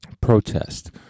protest